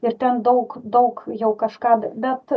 ir ten daug daug jau kažką bet